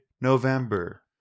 november